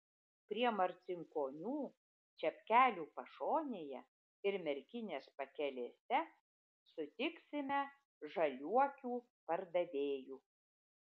prie marcinkonių čepkelių pašonėje ir merkinės pakelėse sutiksime žaliuokių pardavėjų